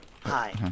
Hi